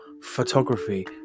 photography